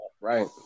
Right